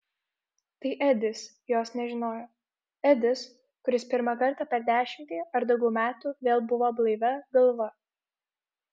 tai edis jos nežinojo edis kuris pirmą kartą per dešimtį ar daugiau metų vėl buvo blaivia galva